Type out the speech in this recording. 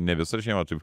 ne visą žiemą taip